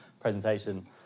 presentation